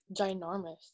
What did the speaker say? ginormous